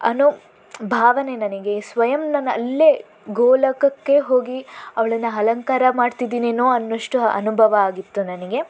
ಅನ್ನೋ ಭಾವನೆ ನನಗೆ ಸ್ವಯಂ ನನ್ನ ಅಲ್ಲೇ ಗೋಲೋಕಕ್ಕೆ ಹೋಗಿ ಅವಳನ್ನು ಅಲಂಕಾರ ಮಾಡ್ತಿದ್ದೀನೇನೋ ಅನ್ನುವಷ್ಟು ಅನುಭವ ಆಗಿತ್ತು ನನಗೆ